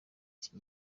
iki